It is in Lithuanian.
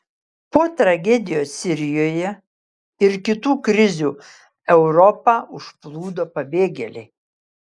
po tragedijos sirijoje ir kitų krizių europą užplūdo pabėgėliai